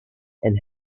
and